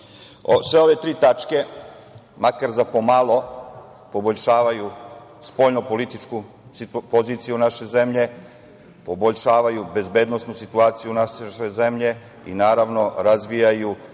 ove tri tačke, makar za pomalo, poboljšavaju spoljno političku poziciju naše zemlje, poboljšavaju bezbednosnu situaciju naše zemlje i, naravno, razvijaju